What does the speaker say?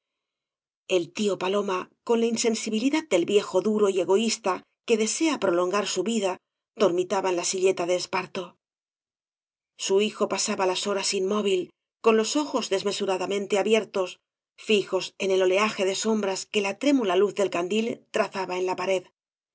el tío paloma con la insensibilidad del viejo duro y egoísta que desea prolongar su vida dormitaba en la silleta de esparto su hijo pasaba las horas inmóvil con los ojos desmesuradamente abiertos fijos en el oleaje de sombras que la trémula luz del candil trazaba en la pared